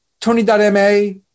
Tony.ma